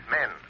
men